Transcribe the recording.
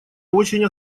очень